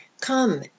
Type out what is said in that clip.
Come